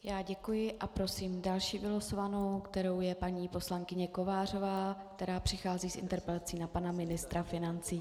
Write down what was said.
Já děkuji a prosím další vylosovanou, kterou je paní poslankyně Kovářová, která přichází s interpelací na pana ministra financí.